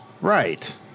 Right